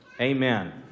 Amen